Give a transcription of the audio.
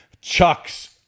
chucks